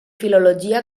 filologia